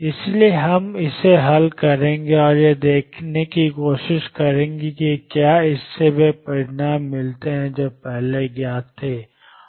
इसलिए हम इसे हल करेंगे और यह देखने की कोशिश करेंगे कि क्या इससे वे परिणाम मिलते हैं जो पहले ज्ञात थे